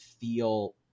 feel